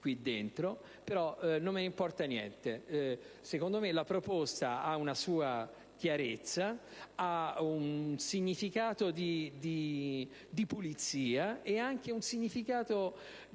non me ne importa niente. Secondo me, la proposta ha una sua chiarezza, ha un significato di pulizia e anche di impegno nei